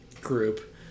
group